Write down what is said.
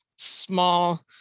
Small